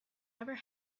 never